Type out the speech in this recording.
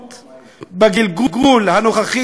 בגלגול הנוכחי שלה הליכוד,